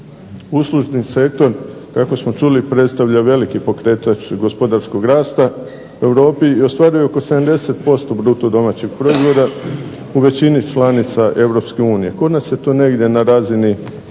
Uslužni sektor kako smo čuli predstavlja veliki pokretač gospodarskog rasta u Europi i ostvaruje oko 70% bruto domaćeg proizvoda, u većini članica Europske unije. Kod nas je to negdje na razini